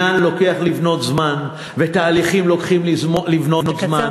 כי בניין לוקח זמן לבנות ותהליכים לוקחים זמן,